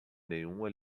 nenhuma